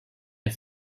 der